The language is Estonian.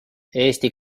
eesti